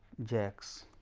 jacks.